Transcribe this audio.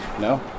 no